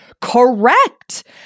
correct